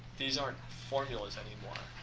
these aren't formulas anymore.